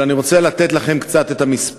אבל אני רוצה לתת לכם את המספרים.